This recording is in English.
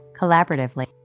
collaboratively